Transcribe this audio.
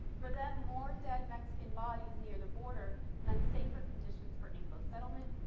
for them, more deal mexican bodies near the border meant safer conditions for anglo settlement,